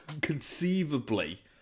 Conceivably